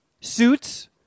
suits